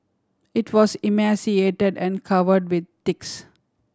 it was emaciated and covered with ticks